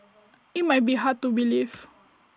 IT might be hard to believe